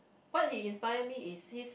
what he inspire me is he's